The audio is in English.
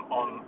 on